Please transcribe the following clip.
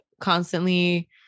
constantly